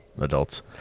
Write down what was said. adults